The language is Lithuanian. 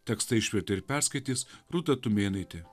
tekstą išvertė ir perskaitys rūta tumėnaitė